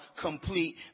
complete